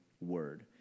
word